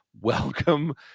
Welcome